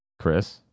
chris